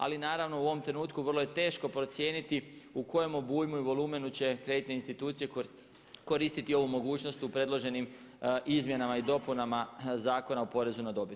Ali naravno u ovom trenutku vrlo je teško procijeniti u kojem obujmu u volumenu će kreditne institucije koristiti ovu mogućnost u predloženim izmjenama i dopunama Zakona o porezu na dobit.